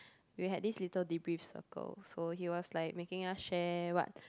we had this little debrief circle so he was like making us share what